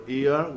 ear